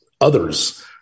others